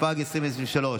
התשפ"ג 2023,